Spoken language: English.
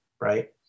right